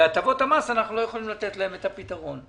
בהטבות המס אנחנו לא יכולים לתת להם את הפתרון.